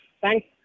thanks